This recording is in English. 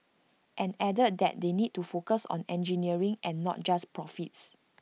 and added that they need to focus on engineering and not just profits